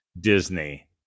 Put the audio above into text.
Disney